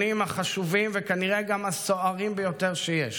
החשובים וכנראה גם הסוערים ביותר שיש: